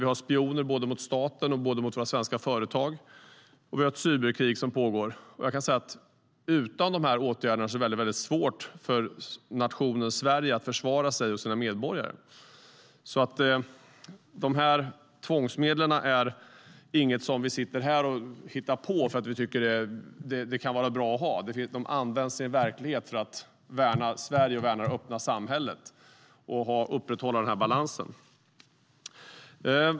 Vi har spioneri mot staten och mot våra svenska företag. Och vi har ett cyberkrig som pågår. Jag kan säga att det utan de här åtgärderna är väldigt svårt för nationen Sverige att försvara sig och sina medborgare. De här tvångsmedlen är inget som vi sitter här och hittar på för att vi tycker att de kan vara bra att ha. De används i en verklighet för att värna Sverige, värna det öppna samhället och upprätthålla den här balansen.